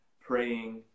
praying